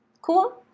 Cool